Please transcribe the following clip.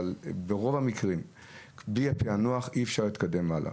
אבל ברוב המקרים בלי הפענוח אי אפשר להתקדם הלאה.